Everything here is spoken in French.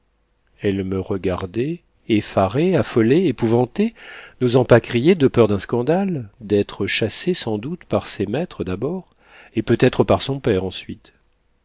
elle me regardait effarée affolée épouvantée n'osant pas crier de peur d'un scandale d'être chassée sans doute par ses maîtres d'abord et peut-être par son père ensuite